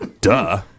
duh